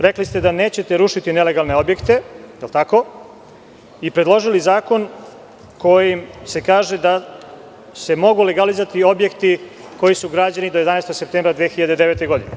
Rekli ste da nećete rušiti nelegalne objekte i predložili zakon kojim se kaže da se mogu legalizovati objekti koji su građeni do 11. septembra 2009. godine.